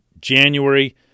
January